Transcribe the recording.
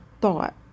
thought